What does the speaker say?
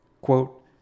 Quote